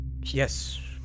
Yes